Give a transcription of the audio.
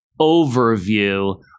overview